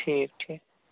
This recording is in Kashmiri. ٹھیٖک ٹھیٖک